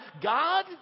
God